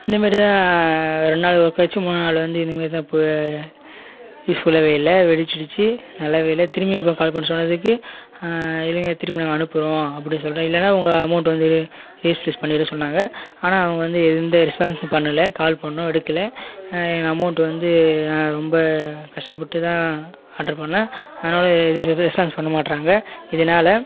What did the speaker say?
இந்த மாதிரி தான் ரெண்டு நாள் கழித்து மூணு நாள் வந்து இது மாதிரி தான் யூஸ்ஃபுல்லாக இல்லை வெடிச்சிடிச்சி நல்லா இல்லை திரும்பி அப்பறம் கால் பண்ணி சொன்னதுக்கு இருங்க திரும்பி நாங்க அனுப்பிறோம் அப்படி சொல்லிட்டு இல்லைன்னா உங்க அமௌண்ட் வந்துட்டு ரீப்லேஸ் பண்ணிடுறேன்னு சொன்னாங்க ஆனால் அவங்க வந்து எந்த ரெஸ்பான்ஸும் பண்ணலை கால் பண்ணிணோம் எடுக்கல அமௌண்ட் வந்து நான் ரொம்ப கஷ்டப்பட்டுதான் ஆட்ரு பண்ணிணேன் அதனால் எதுவும் ரெஸ்பான்ஸ் பண்ண மாட்டுறாங்க இதனால்